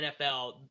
NFL